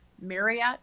Marriott